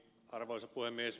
arvoisa puhemies